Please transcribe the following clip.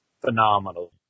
Phenomenal